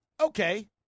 Okay